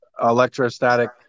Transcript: electrostatic